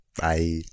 Bye